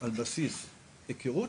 ועל בסיס היכרות,